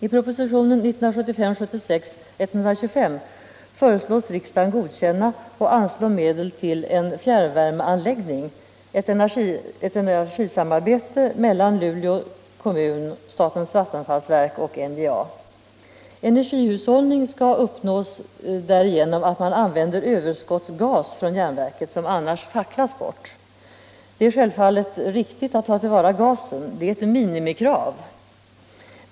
I proposition 1975/76:125 föreslås riksdagen godkänna och anslå medel till en fjärrvärmeanläggning, ett energisamarbete mellan Luleå kommun, statens vattenfallsverk och NJA. Energihushållning skall uppnås därigenom att man använder överskottsgas från järnverket som annars facklas bort. Det är självfallet riktigt att ta till vara gasen. Det är ett mi nimikrav.